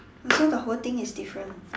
so the whole thing is different